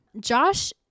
Josh